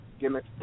gimmick